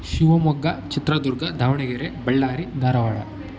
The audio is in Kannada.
ಶಿವಮೊಗ್ಗ ಚಿತ್ರದುರ್ಗ ದಾವಣಗೆರೆ ಬಳ್ಳಾರಿ ಧಾರವಾಡ